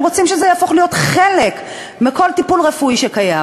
הם רוצים שזה יהפוך להיות חלק מכל טיפול רפואי שקיים.